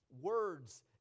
words